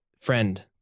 friend